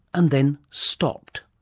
and then stopped.